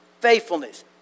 faithfulness